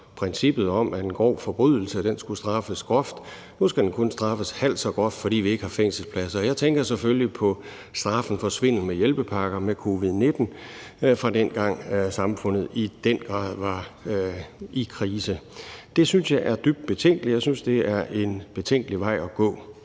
princippet om, at en grov forbrydelse skal straffes hårdt. Nu skal den kun straffes halvt så hårdt, fordi vi ikke har nok fængselspladser. Jeg tænker selvfølgelig på straffen for svindel med hjælpepakker i forbindelse med covid-19, fra dengang samfundet i den grad var i krise. Det synes jeg er dybt betænkeligt. Jeg synes, det er en betænkelig vej at gå.